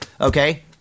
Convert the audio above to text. okay